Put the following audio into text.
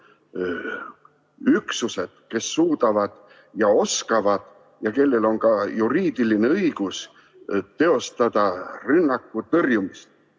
üksused, kes suudavad ja oskavad ja kellel on ka juriidiline õigus teostada rünnaku tõrjumist.